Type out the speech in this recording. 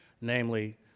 namely